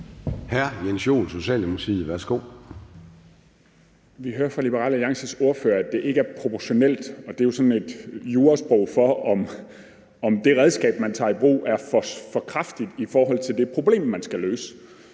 Vi hører fra Liberal Alliances ordfører, at det ikke er proportionelt. Det er jo sådan et jurasprog for, om det redskab, man tager i brug, er for kraftigt i forhold til det problem, man skal løse.